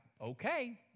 okay